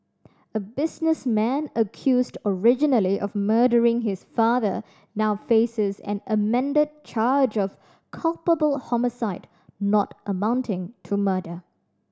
a businessman accused originally of murdering his father now faces an amended charge of culpable homicide not amounting to murder